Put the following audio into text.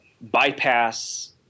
bypass